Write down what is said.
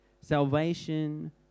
Salvation